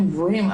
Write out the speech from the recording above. הם גבוהים.